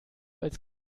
als